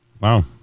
Wow